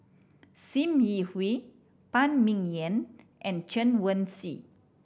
Sim Yi Hui Phan Ming Yen and Chen Wen Hsi